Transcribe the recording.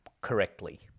correctly